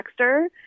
texter